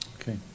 Okay